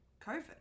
COVID